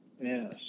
Yes